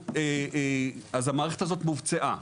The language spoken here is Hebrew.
המערכת הזאת מבצעית.